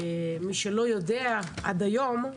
מי שלא יודע עד היום,